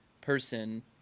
person